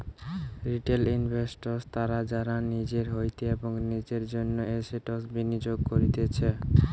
retail investors তারা যারা নিজের হইতে এবং নিজের জন্য এসেটস বিনিয়োগ করতিছে